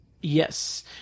yes